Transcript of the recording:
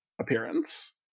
appearance